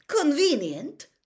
Convenient